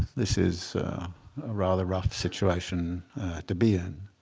this is a rather rough situation to be in.